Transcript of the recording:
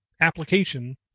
application